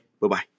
Bye-bye